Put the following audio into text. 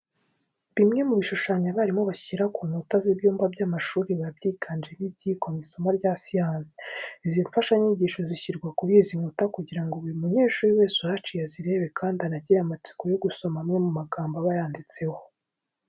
Bimwe mu bishushanyo abarimu bashyira ku nkuta z'ibyumba by'amashuri biba byiganjemo ibyigwa mu isomo rya siyansi. Izi mfashanyigisho zishyirwa kuri izi nkuta kugira ngo buri munyeshuri wese uhaciye azirebe kandi anagire amatsiko yo gusoma amwe mu magambo aba yanditseho.